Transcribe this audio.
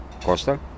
Costa